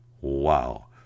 Wow